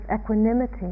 equanimity